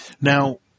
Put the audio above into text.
Now –